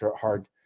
hard